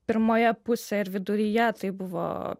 pirmoje pusėj ir viduryje tai buvo